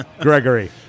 Gregory